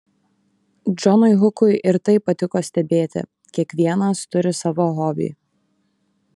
džonui hukui ir tai patiko stebėti kiekvienas turi savo hobį